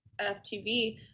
FTV